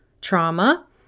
trauma